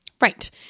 Right